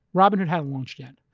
robinhood hadn't launched yet.